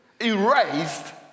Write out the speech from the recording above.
erased